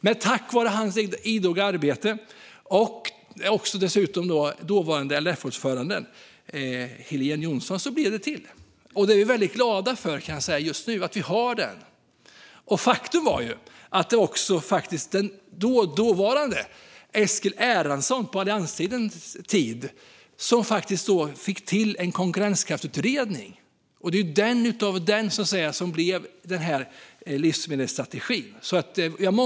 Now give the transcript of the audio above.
Men tack vare hans och dessutom dåvarande LRF-ordföranden Helena Jonssons idoga arbete blev den till, och det är vi väldigt glada för just nu. Faktum är också att det var Eskil Erlandsson som på alliansregeringens tid fick till en konkurrenskraftsutredning, och det var den, så att säga, som blev livsmedelsstrategin.